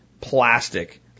plastic